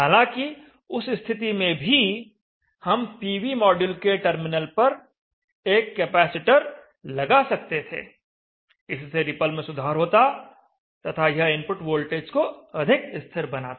हालांकि उस स्थिति में भी हम पीवी माड्यूल के टर्मिनल पर एक कैपेसिटर लगा सकते थे इससे रिपल में सुधार होता तथा यह इनपुट वोल्टेज को अधिक स्थिर बनाता